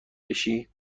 بشی